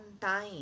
time